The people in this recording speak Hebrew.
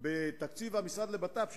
בתקציב המשרד לביטחון הפנים,